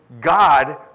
God